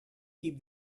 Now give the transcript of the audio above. keep